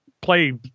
play